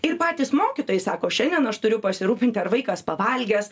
ir patys mokytojai sako šiandien aš turiu pasirūpinti ar vaikas pavalgęs